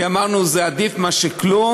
כי אמרנו שזה עדיף מכלום.